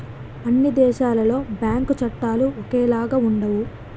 అన్ని దేశాలలో బ్యాంకు చట్టాలు ఒకేలాగా ఉండవు